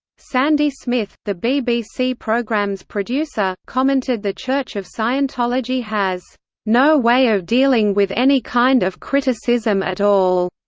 sandy smith, the bbc programme's producer, commented the church of scientology has no way of dealing with any kind of criticism at all.